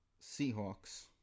Seahawks